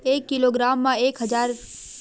एक किलोग्राम मा एक हजार ग्राम होथे